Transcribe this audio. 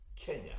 Kenya